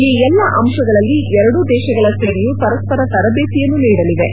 ಈ ಎಲ್ಲ ಅಂಶಗಳಲ್ಲಿ ಎರಡೂ ದೇಶಗಳ ಸೇನೆಯು ಪರಸ್ವರ ತರಬೇತಿಯನ್ನು ನೀಡಲಿವೆ